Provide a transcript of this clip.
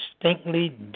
distinctly